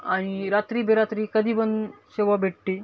आणि रात्री बेरात्री कधी पण सेवा भेटते